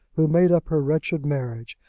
who made up her wretched marriage,